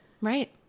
Right